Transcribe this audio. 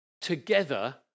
together